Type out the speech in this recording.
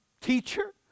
Teacher